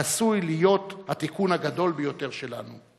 עשוי להיות התיקון הגדול ביותר שלנו.